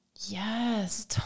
yes